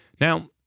Now